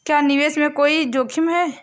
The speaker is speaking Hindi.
क्या निवेश में कोई जोखिम है?